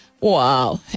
Wow